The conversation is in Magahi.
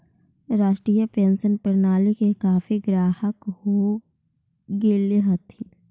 राष्ट्रीय पेंशन प्रणाली के काफी ग्राहक हो गेले हथिन